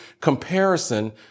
comparison